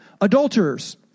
Adulterers